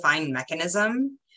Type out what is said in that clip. mechanism